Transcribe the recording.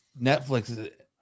Netflix